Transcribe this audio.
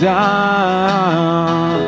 down